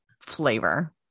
flavor